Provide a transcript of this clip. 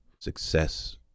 success